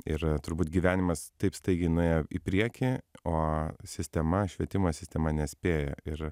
ir turbūt gyvenimas taip staigiai nuėjo į priekį o sistema švietimo sistema nespėja ir